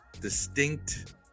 distinct